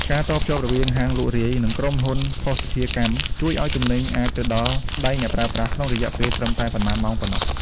ការតភ្ជាប់រវាងហាងលក់រាយ និងក្រុមហ៊ុនភស្តុភារកម្ម ជួយឱ្យទំនិញអាចទៅដល់ដៃអ្នកប្រើប្រាស់ក្នុងរយៈពេលត្រឹមតែប៉ុន្មានម៉ោងប៉ុណ្ណោះ។